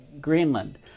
Greenland